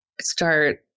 start